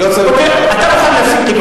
זו לא הצעה רגילה לסדר-היום.